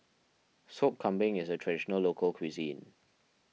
Sop Kambing is a Traditional Local Cuisine